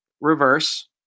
reverse